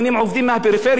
אנשים מקריית-שמונה,